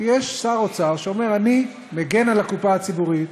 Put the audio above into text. כי יש שר אוצר שאומר: אני מגן על הקופה הציבורית.